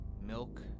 milk